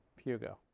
hugo.